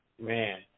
Man